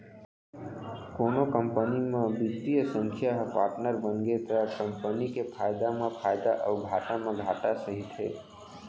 कोनो कंपनी म बित्तीय संस्था ह पाटनर बनगे त कंपनी के फायदा म फायदा अउ घाटा म घाटा सहिथे